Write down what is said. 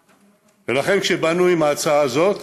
לכן, כשבאנו עם ההצעה הזאת,